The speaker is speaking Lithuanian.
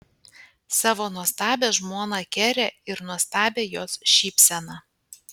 savo nuostabiąją žmoną kerę ir nuostabią jos šypseną